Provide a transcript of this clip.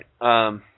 right